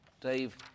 Dave